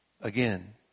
again